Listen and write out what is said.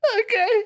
okay